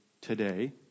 today